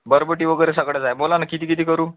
बरबटी वगैरे सगळंच आहे बोला ना किती किती करू